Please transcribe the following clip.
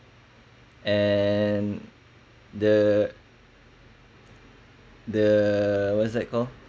and the the what's that call